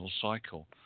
cycle